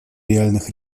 реальных